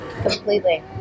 completely